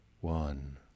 one